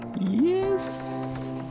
Yes